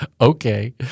okay